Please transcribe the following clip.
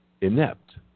inept